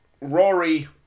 Rory